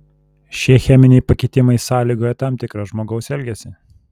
šie cheminiai pakitimai sąlygoja tam tikrą žmogaus elgesį